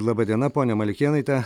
laba diena ponia malikėnaite